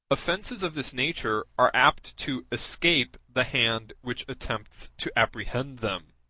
offences of this nature are apt to escape the hand which attempts to apprehend them.